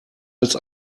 als